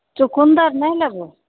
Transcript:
चुकुन्दर नहि लेबै